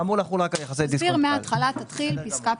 תתחיל להסביר מהתחלה פסקה-פסקה.